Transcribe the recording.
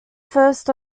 first